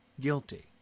guilty